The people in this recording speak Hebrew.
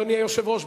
אדוני היושב-ראש,